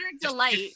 delight